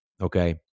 okay